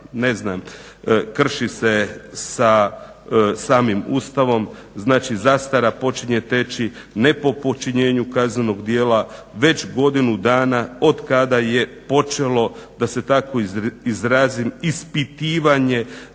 odredba krši se sa samim Ustavom, znači zastara počinje teći ne po počinjenju kaznenog djela već godinu dana od kada je počelo da se tako izrazim ispitivanje